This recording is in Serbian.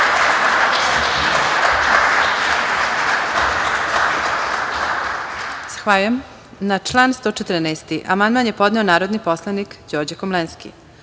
Hvala.